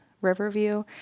Riverview